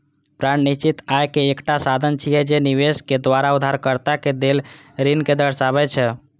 bond निश्चित आय के एकटा साधन छियै, जे निवेशक द्वारा उधारकर्ता कें देल ऋण कें दर्शाबै छै